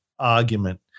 argument